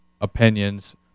opinions